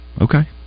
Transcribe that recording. Okay